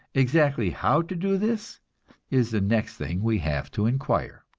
exactly how to do this is the next thing we have to inquire.